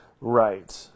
right